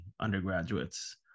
undergraduates